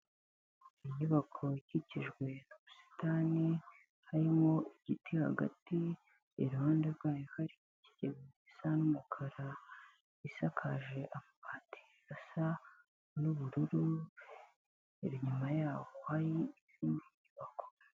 Inyubako ikikijwe n'ubusitani, harimo igiti hagati, iruhande rwayo hari ikigega gisa n'umukara, isakaje amabati asa n'ubururu, inyuma yaho hari izindi nyubako.